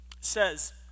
says